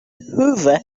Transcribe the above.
hoover